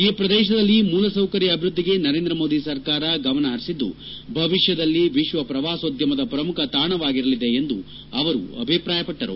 ಈ ಪ್ರದೇಶದಲ್ಲಿ ಮೂಲಸೌಕರ್ಯ ಅಭವೃದ್ಧಿಗೆ ನರೇಂದ್ರ ಮೋದಿ ಸರ್ಕಾರ ಗಮನ ಹರಿಸಿದ್ದು ಭವಿಷ್ಯದಲ್ಲಿ ವಿಶ್ವ ಪ್ರವಾಸೋದ್ಯಮದ ಪ್ರಮುಖ ತಾಣವಾಗಿರಲಿದೆ ಎಂದು ಅವರು ಅಭಿಪ್ರಾಯಪಟ್ಟರು